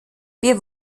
wir